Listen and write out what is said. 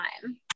time